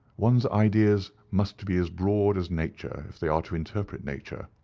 one's ideas must be as broad as nature if they are to interpret nature,